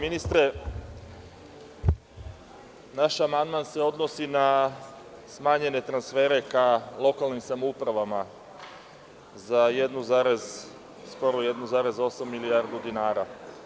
ministre, naš amandman se odnosi na smanjene transfere ka lokalnim samoupravama za 1,8 milijardi dinara.